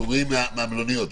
שפטורים מהמלוניות.